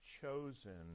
chosen